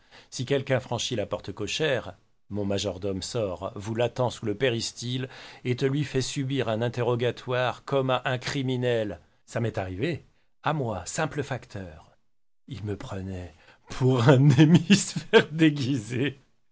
si quelqu'un franchit la porte cochère mon majordome sort vous l'attend sous le péristyle et te lui fait subir un interrogatoire comme à un criminel ça m'est arrivé à moi simple facteur il me prenait pour un